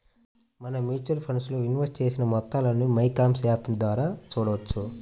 మనం mutual funds లో invest చేసిన మొత్తాలను మైక్యామ్స్ యాప్ ద్వారా చూడవచ్చు